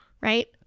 right